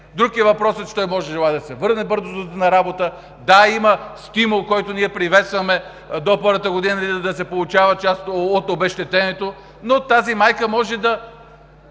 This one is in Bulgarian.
Друг е въпросът, че той може да желае да се върне бързо на работа. Да, има стимул, който ние приветстваме – до първата година да се получава част от обезщетението, но тази майка може да